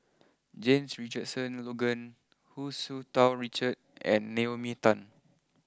James Richardson Logan Hu Tsu Tau Richard and Naomi Tan